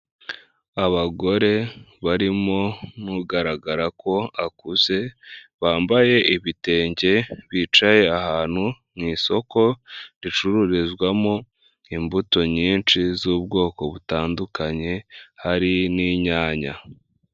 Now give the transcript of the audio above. Abagore barimo n'ugaragara ko akuze, bambaye ibitenge bicaye ahantu mu isoko ricururizwamo imbuto nyinshi z'ubwoko butandukanye, hari n'inyanya.